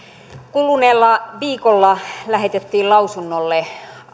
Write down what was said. kuluneella viikolla lähetettiin lausunnolle